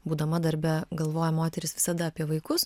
būdama darbe galvoja moteris visada apie vaikus